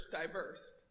diverse